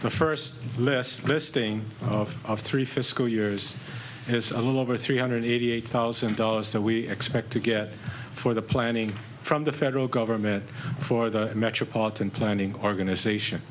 the first less listing of our three fiscal years has a little over three hundred eighty eight thousand dollars that we expect to get for the planning from the federal government for the metropolitan planning organization